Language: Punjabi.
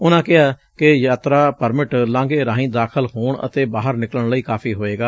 ਉਨਾਂ ਕਿਹਾ ਕਿ ਯਾਤਰਾ ਪਰਮਿਟ ਲਾਂਘੇ ਰਾਹੀ ਦਾਖਲ ਹੋਣ ਅਤੇ ਬਾਹਰ ਨਿਕਲਣ ਲਈ ਕਾਫ਼ੀ ਹੋਵੇਗਾ